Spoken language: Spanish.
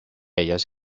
ellas